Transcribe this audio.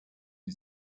the